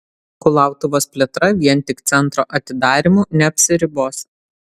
kulautuvos plėtra vien tik centro atidarymu neapsiribos